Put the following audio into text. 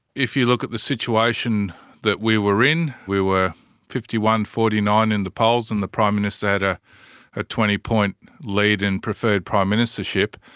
if you look at the situation that we were in, we were fifty one forty nine in the polls and the prime minister had but a twenty point lead in preferred prime ministership,